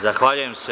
Zahvaljujem se.